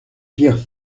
firent